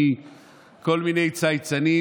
לא שנים,